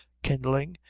kindling,